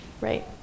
right